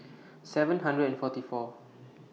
seven hundred and forty four